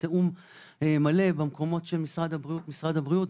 בתיאום מלא במקומות של משרד הבריאות,